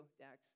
Dax